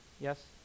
Yes